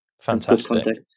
Fantastic